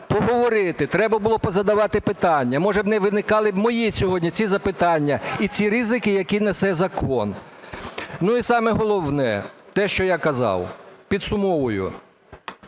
поговорити, треба було позадавати питання, може, б не виникали мої сьогодні ці запитання і ці ризики, які несе закон. І саме головне – те, що я казав. Підсумовую: